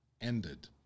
ended